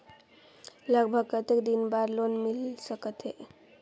लगभग कतेक दिन बार लोन मिल सकत हे?